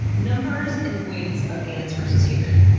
numbers and weights of ants versus human.